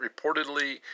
reportedly